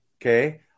okay